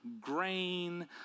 grain